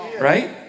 right